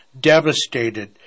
devastated